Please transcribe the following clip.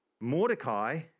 Mordecai